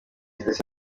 ndetse